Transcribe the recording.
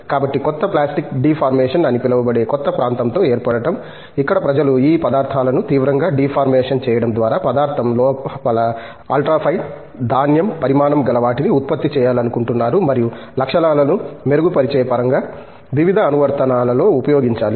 కాబట్టి కొత్త plastic deformation అని పిలువబడే కొత్త ప్రాంతంతో ఏర్పడటం ఇక్కడ ప్రజలు ఈ పదార్థాలను తీవ్రంగా డిఫోర్మేషన్ చేయడం ద్వారా పదార్థం లోపల అల్ట్రా ఫైన్ ధాన్యం పరిమాణం గల వాటిని ఉత్పత్తి చేయాలనుకుంటున్నారు మరియు లక్షణాలను మెరుగుపరిచే పరంగా వివిధ అనువర్తనలలో ఉపయోగించాలి